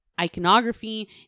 iconography